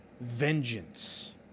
vengeance